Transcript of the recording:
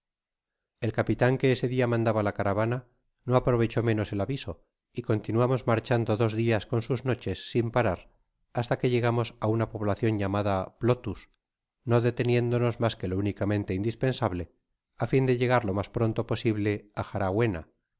el capitan que este dia mandaba la caravana no aprovechó menos el aviso y continuamos marchando dos dias con sus noches sin parar hasta que llegamos á una poblacion llamada plothus no deteniéndonos mas que lo únicamente indispensable á fin de llegar lo mas pronto posible á